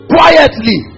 Quietly